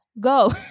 go